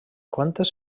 quantes